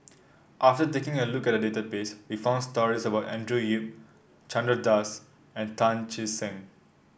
after taking a look at the database we found stories about Andrew Yip Chandra Das and Tan Che Sang